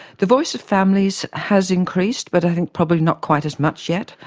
the voice of families has increased but i think probably not quite as much yet.